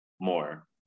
more